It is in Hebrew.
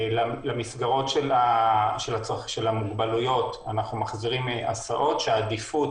למסגרות של המוגבלויות אנחנו מחזירים הסעות כשהעדיפות